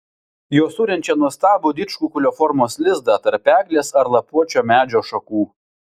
jos surenčia nuostabų didžkukulio formos lizdą tarp eglės ar lapuočio medžio šakų